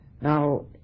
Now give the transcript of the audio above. Now